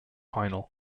final